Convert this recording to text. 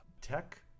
tech